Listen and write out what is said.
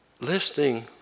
listening